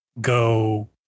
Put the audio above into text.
go